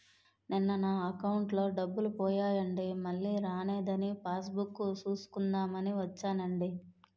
నిన్న నా అకౌంటులో డబ్బులు పోయాయండి మల్లీ రానేదని పాస్ బుక్ సూసుకుందాం అని వచ్చేనండి